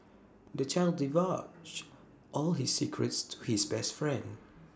the child divulged all his secrets to his best friend